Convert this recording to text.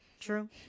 True